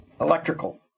Electrical